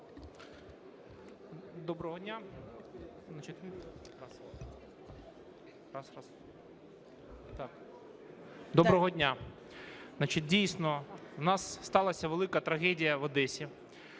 Доброго дня! Дійсно, у нас сталась велика трагедія в Одесі,